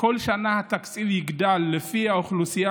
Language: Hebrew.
שכל שנה התקציב יגדל לפי האוכלוסייה,